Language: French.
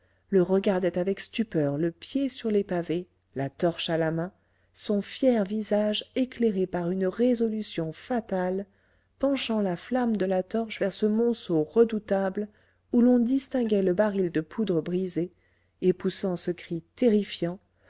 le regardaient avec stupeur le pied sur les pavés la torche à la main son fier visage éclairé par une résolution fatale penchant la flamme de la torche vers ce monceau redoutable où l'on distinguait le baril de poudre brisé et poussant ce cri terrifiant